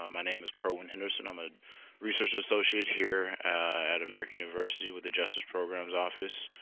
ah my name is kerwin henderson. i'm a research associate here at american university with the justice programs office.